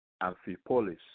Amphipolis